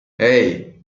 hey